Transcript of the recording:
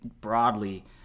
broadly